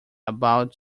about